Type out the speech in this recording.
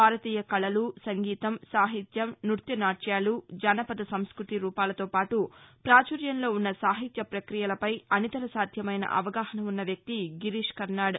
భారతీయ కళలు సంగీతం సాహిత్యం నృత్యనాట్యాలు జానపద సంస్కృతి రూపాలతో పాటు పాచుర్యంలో ఉన్న సాహిత్య ప్రక్రియలపై అనితర సాధ్యమైన అవగాహన ఉన్న వ్యక్తి గిరీష్ కర్నాడ్